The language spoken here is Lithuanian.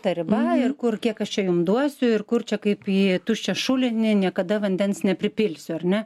ta riba ir kur kiek aš čia jums duosiu ir kurčia kaip į tuščią šulinį niekada vandens nepripilsi ar ne